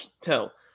tell